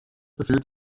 befindet